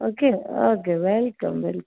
okay okay welcome welcome